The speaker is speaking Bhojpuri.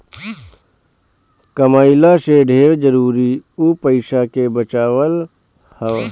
कमइला से ढेर जरुरी उ पईसा के बचावल हअ